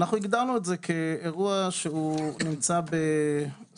אנחנו הגדרנו את זה כאירוע שנמצא בסוג